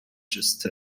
just